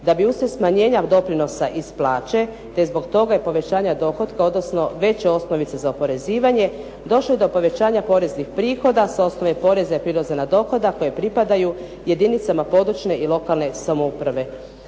da bi uslijed smanjenja doprinosa iz plaće, te zbog toga i povećanja dohotka, odnosno veće osnovice za oporezivanje došli do povećanja poreznih prihoda sa osnove poreza prireza na dohodak koje pripadaju jedinicama područne i lokalne samouprave.